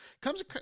Comes